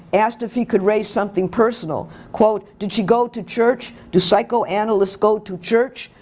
asked if he could raise something personal. quote, did she go to church? do psychoanalysts go to church?